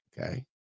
okay